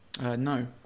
no